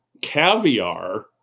caviar